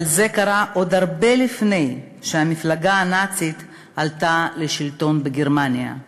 אבל זה קרה עוד הרבה לפני שהמפלגה הנאצית עלתה לשלטון בגרמניה.